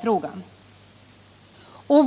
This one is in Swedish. regeringar.